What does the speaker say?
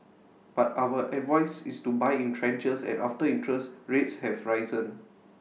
but our advice is to buy in tranches and after interest rates have risen